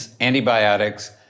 antibiotics